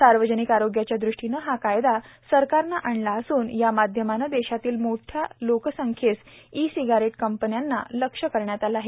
सार्वजनिक आरोग्याच्या दृष्टीने हा कायदा सरकारने आणला असून या माध्यमाने देशातील मोठ्या लोकसंख्येस ई सिगारेट कंपन्यांना लक्ष्य करण्यात आलं आहे